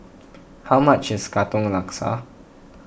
how much is Katong Laksa